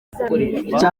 icya